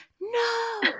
no